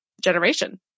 generation